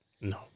No